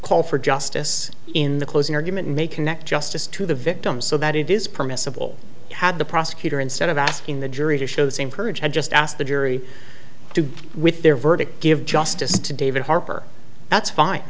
call for justice in the closing argument may connect justice to the victim so that it is permissible had the prosecutor instead of asking the jury to show the same courage had just asked the jury to go with their verdict give justice to david harper that's fine